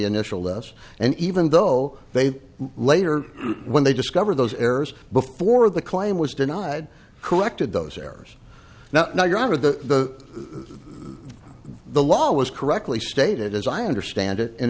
initial less and even though they later when they discover those errors before the claim was denied corrected those errors now now you're out of the the law was correctly stated as i understand it an